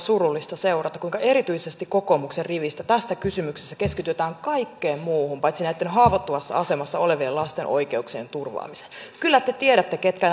surullista seurata kuinka erityisesti kokoomuksen riveistä tässä kysymyksessä keskitytään kaikkeen muuhun paitsi näitten haavoittuvassa asemassa olevien lasten oikeuksien turvaamiseen kyllä te tiedätte ketkä